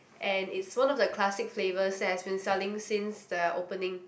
and it's one of the classic flavours that has been selling since the opening